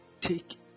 Take